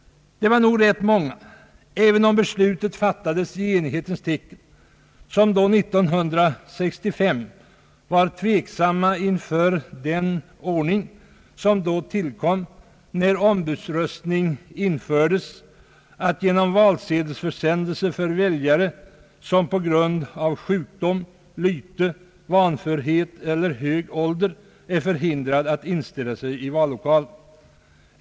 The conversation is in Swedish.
Det var nog rätt många — även om beslutet fattades i enighetens tecken — som år 1965 var tveksamma inför den ordning som då tillkom när ombudsröstning infördes med valsedelsförsändelse för väljare, som på grund av sjukdom, lyte, vanförhet eller hög ålder är förhindrad att inställa sig i vallokalen.